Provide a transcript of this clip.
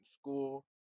school